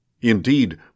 Indeed